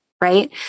right